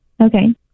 Okay